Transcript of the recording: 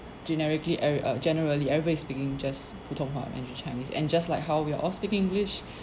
generically every~ err generally everybody is speaking just 普通话 mandarin chinese and just like how we are all speaking english